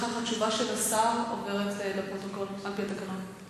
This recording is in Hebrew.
האם שונתה עמדתה העקרונית של המשטרה שלא לכפות על שומרי שבת לחלל שבת?